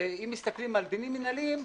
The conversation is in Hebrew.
ואם מסתכלים על דינים מנהליים,